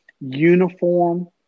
uniform